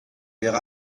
wäre